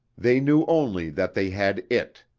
they knew only that they had it,